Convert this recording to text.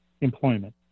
employment